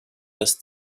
das